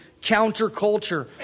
counterculture